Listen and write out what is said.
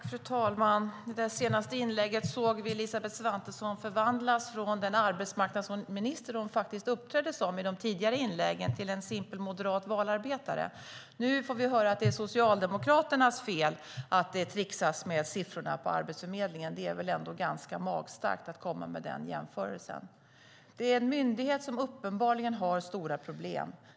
Fru talman! I det senaste inlägget såg vi Elisabeth Svantesson förvandlas från den arbetsmarknadsminister hon faktiskt uppträdde som i de tidigare inläggen till en simpel moderat valarbetare. Nu får vi höra att det är Socialdemokraternas fel att det tricksas med siffrorna på Arbetsförmedlingen. Det är väl ändå ganska magstarkt att komma med den jämförelsen? Det är en myndighet som uppenbarligen har stora problem.